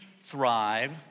thrive